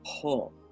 pull